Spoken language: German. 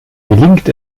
gelingt